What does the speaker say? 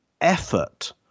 effort